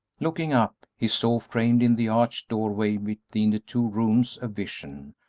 looking up, he saw framed in the arched doorway between the two rooms a vision,